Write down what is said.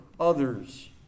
Others